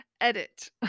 Edit